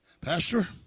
Pastor